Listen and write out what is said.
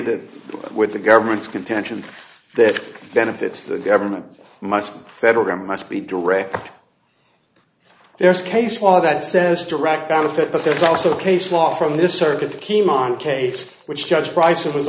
that with the government's contention that benefits the government must federal grant must be direct there's case law that says direct benefit but there's also case law from this circuit came on cases which judge price